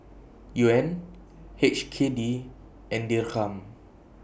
Yuan H K D and Dirham